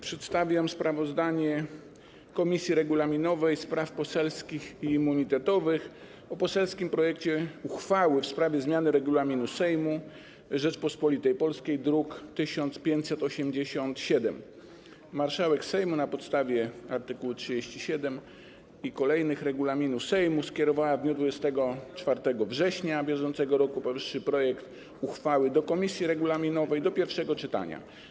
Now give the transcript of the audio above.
Przedstawiam sprawozdanie Komisji Regulaminowej, Spraw Poselskich i Immunitetowych o poselskim projekcie uchwały w prawie zmiany Regulaminu Sejmu Rzeczypospolitej Polskiej, druk nr 1587. Marszałek Sejmu, na postawie art. 37 i kolejnych regulaminu Sejmu, skierowała w dniu 24 września br. roku powyższy projekt uchwały do komisji regulaminowej do pierwszego czytania.